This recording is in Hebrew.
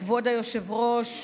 כבוד היושב-ראש,